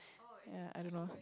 ya I don't know